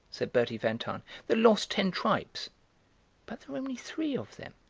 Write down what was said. said bertie van tahn the lost ten tribes but there are only three of them.